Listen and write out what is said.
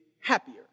happier